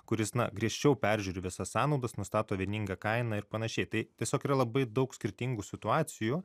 kuris na griežčiau peržiūri visas sąnaudas nustato vieningą kainą ir panašiai tai tiesiog yra labai daug skirtingų situacijų